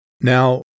Now